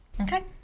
Okay